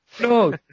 No